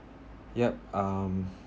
yup um